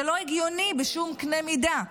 זה לא הגיוני בשום קנה מידה.